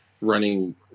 running